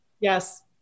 Yes